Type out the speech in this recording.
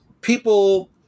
people